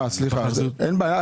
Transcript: אין בעיה.